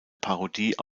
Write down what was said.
parodie